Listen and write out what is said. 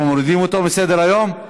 אנחנו מורידים אותה מסדר-היום?